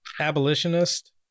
abolitionist